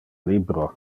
libro